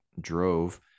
drove